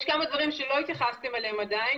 יש כמה דברים שלא התייחסתם אליהם עדיין.